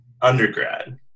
Undergrad